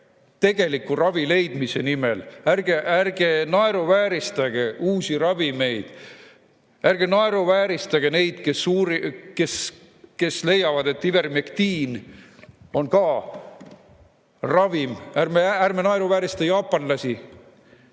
tegeliku ravi leidmise nimel, ärge naeruvääristage uusi ravimeid. Ärge naeruvääristage neid, kes leiavad, et ivermektiin on ka ravim. Ärme naeruvääristame jaapanlasi,